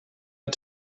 out